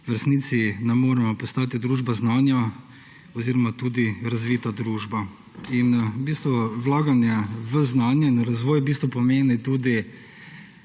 v resnici ne moremo postati družba znanja oziroma tudi razvita družba. Vlaganje v znanje in razvoj v bistvu